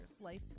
life